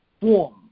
form